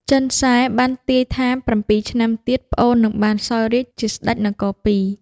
ចិនសែបានទាយថាប្រាំពីរឆ្នាំទៀតប្អូននឹងបានសោយរាជ្យជាស្ដេចនគរពីរ។